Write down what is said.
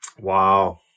Wow